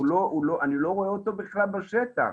אני לא רואה אותו בכלל בשטח.